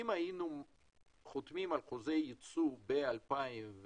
אם היינו חותמים על חוזה ייצוא ב-2013,